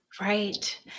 Right